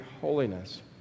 holiness